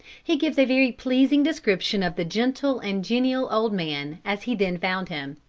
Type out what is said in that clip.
he gives a very pleasing description of the gentle and genial old man, as he then found him.